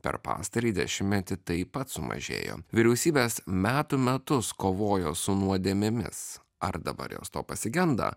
per pastarąjį dešimtmetį taip pat sumažėjo vyriausybės metų metus kovojo su nuodėmėmis ar dabar jos to pasigenda